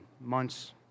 months